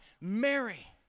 Mary